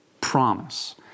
Promise